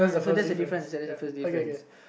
so there's a difference ya the first difference